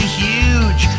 huge